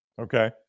Okay